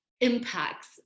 impacts